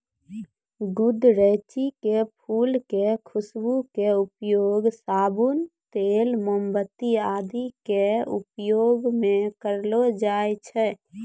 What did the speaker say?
गुदरैंची के फूल के खुशबू के उपयोग साबुन, तेल, मोमबत्ती आदि के उपयोग मं करलो जाय छै